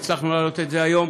הצלחנו להעלות את זה היום,